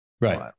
Right